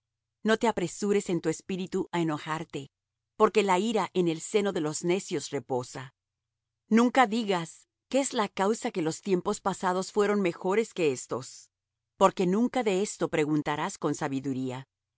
no te apresures en tu espíritu á enojarte porque la ira en el seno de los necios reposa nunca digas qué es la causa que los tiempos pasados fueron mejores que éstos porque nunca de esto preguntarás con sabiduría